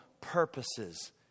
purposes